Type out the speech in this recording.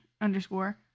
underscore